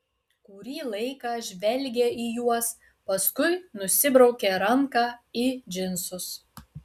kurį laiką žvelgė į juos paskui nusibraukė ranką į džinsus